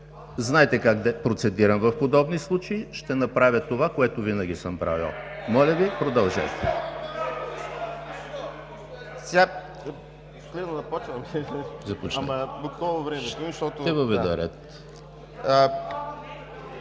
Знаете как процедирам в подобни случаи. Ще направя това, което винаги съм правил. (Силен